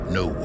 no